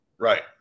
Right